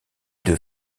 deux